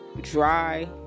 Dry